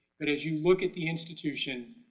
but as you look at the institution,